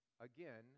again